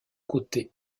côté